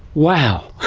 wow,